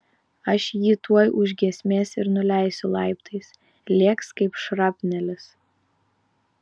aš jį tuoj už giesmės ir nuleisiu laiptais lėks kaip šrapnelis